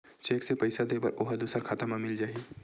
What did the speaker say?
Cheque से पईसा दे बर ओहा दुसर खाता म मिल जाही?